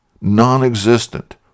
non-existent